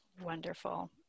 Wonderful